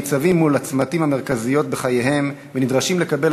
הם ניצבים מול הצמתים המרכזיים בחייהם ונדרשים לקבל